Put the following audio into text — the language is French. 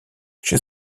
chez